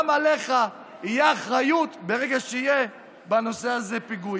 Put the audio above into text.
גם עליך תהיה אחריות ברגע שיהיה בנושא הזה פיגועים.